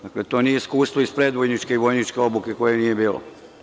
Dakle, to nije iskustvo iz predvojničke i vojničke obuke koje nije bilo.